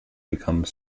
become